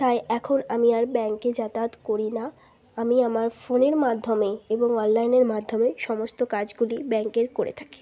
তাই এখন আমি আর ব্যাঙ্কে যাতায়াত করি না আমি আমার ফোনের মাধ্যমেই এবং অনলাইনের মাধ্যমেই সমস্ত কাজগুলি ব্যাঙ্কের করে থাকি